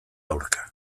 aurka